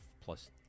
plus